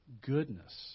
goodness